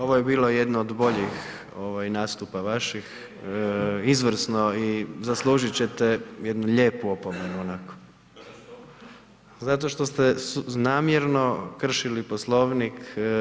Ovo je bilo jedno od boljih nastupa vaših, izvrsno, i zaslužit ćete jednu lijepu opomenu onako zato što ste namjerno kršili Poslovnik.